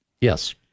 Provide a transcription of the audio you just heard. Yes